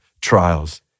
trials